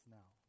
now